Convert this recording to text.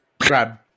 Grab